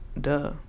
Duh